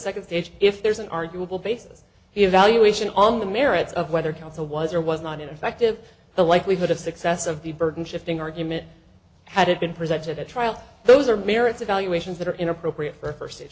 second stage if there's an arguable basis evaluation on the merits of whether counsel was or was not ineffective the likelihood of success of the burden shifting argument had it been presented at trial those are merits evaluations that are inappropriate for